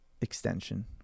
extension